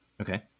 Okay